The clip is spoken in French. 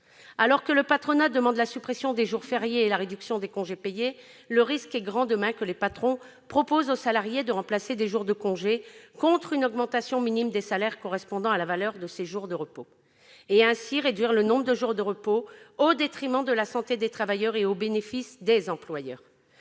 Alors que le patronat demande la suppression des jours fériés et la réduction des congés payés, le risque est grand demain que les patrons proposent aux salariés de remplacer des jours de congé par une augmentation minime des salaires correspondant à la valeur de ces jours de repos. De la sorte, les jours de repos seraient réduits, au détriment de la santé des travailleurs et au bénéfice des employeurs.